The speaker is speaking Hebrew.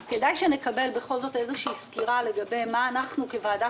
כדאי שנקבל בכל זאת איזושהי סקירה אילו כלים